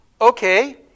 okay